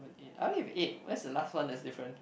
eight I only have eight where's the last one that's different